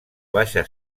baixa